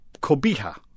Cobija